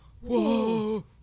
whoa